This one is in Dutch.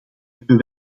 hebben